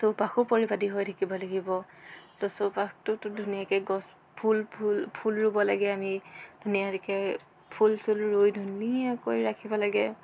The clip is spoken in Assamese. চৌপাশো পৰিপাতি হৈ থাকিব লাগিব ত' চৌপাশটোতো ধুনীয়াকৈ গছ ফুল ফুল ফুল ৰুব লাগে আমি ধুনীয়াকৈ ফুল চুল ৰুই ধুনীয়াকৈ ৰাখিব লাগে